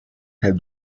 have